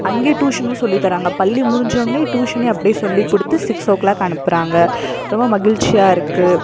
அங்கேயே டூஷனும் சொல்லித் தராங்க பள்ளி முடிஞ்சோன்னே டூஷன்னையும் அப்படியே சொல்லிக் கொடுத்து சிக்ஸோ க்ளாக் அனுப்புகிறாங்க ரொம்ப மகிழ்ச்சியாக இருக்குது